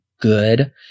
good